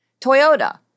Toyota